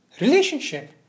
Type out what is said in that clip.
relationship